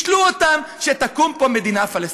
השלו אותם שתקום פה מדינה פלסטינית.